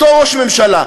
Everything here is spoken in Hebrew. אותו ראש ממשלה,